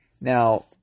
Now